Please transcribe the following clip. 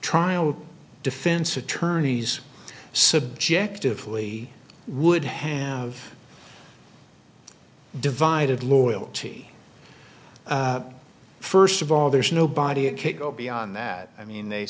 trial defense attorneys subjectively would have divided loyalty first of all there's nobody go beyond that i mean they